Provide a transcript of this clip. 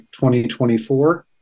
2024